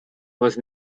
was